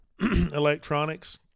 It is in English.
electronics